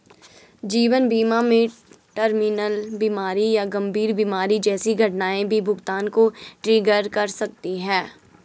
जीवन बीमा में टर्मिनल बीमारी या गंभीर बीमारी जैसी घटनाएं भी भुगतान को ट्रिगर कर सकती हैं